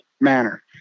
manner